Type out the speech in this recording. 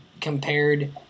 compared